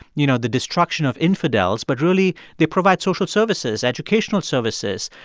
you know, the destruction of infidels, but really they provide social services, educational services,